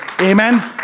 Amen